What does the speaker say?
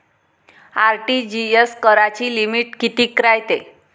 RTGS कराची limit कितीक रायते?